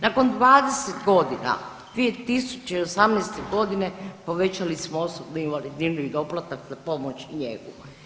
Nakon 20 godina, 2018. g. povećali smo osobnu invalidninu i doplatak za pomoć i njegu.